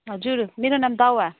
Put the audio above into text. हजुर मेरो नाम दावा